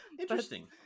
Interesting